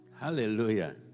Hallelujah